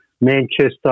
manchester